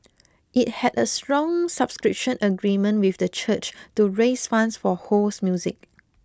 it had a bond subscription agreement with the church to raise funds for Ho's music